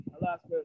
Alaska